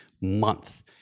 Month